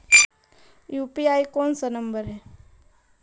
UPI कोन सा number हैं?